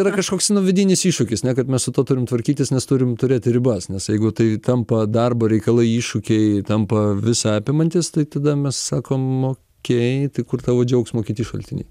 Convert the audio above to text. yra kažkoks vidinis iššūkis ne kad mes su tuo turim tvarkytis nes turim turėti ribas nes jeigu tai tampa darbo reikalai iššūkiai tampa visa apimantys tai tada mes sakom okei tai kur tavo džiaugsmo kiti šaltiniai